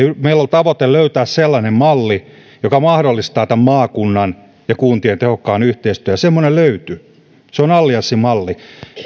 meillä oli tavoite löytää sellainen malli joka mahdollistaa maakunnan ja kuntien tehokkaan yhteistyön ja semmoinen löytyi se on allianssimalli